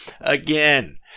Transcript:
again